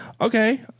okay